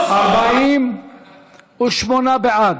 48 בעד,